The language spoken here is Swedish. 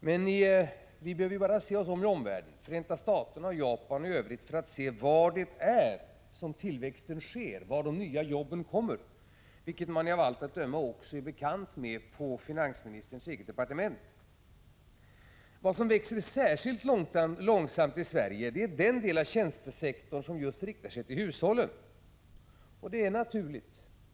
Men vi behöver bara se oss om i omvärlden — Förenta Staterna, Japan och i övrigt — för att se var det är tillväxten sker, var de nya jobben uppstår, vilket man av allt att döma är bekant med också på finansministerns eget departement. Vad som växer särskilt långsamt i Sverige är den del av tjästesektorn som just riktar sig till hushållen. Det är naturligt.